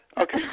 Okay